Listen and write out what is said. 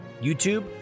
YouTube